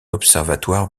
observatoire